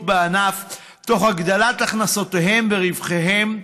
בענף תוך הגדלת הכנסותיהם ורווחיהם,